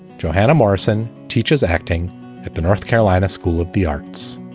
johanna morrisson teaches acting at the north carolina school of the arts.